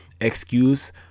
excuse